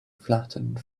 flattened